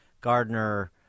Gardner